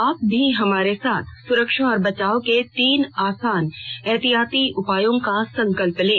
आप भी हमारे साथ सुरक्षा और बचाव के तीन आसान एहतियाती उपायों का संकल्प लें